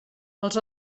els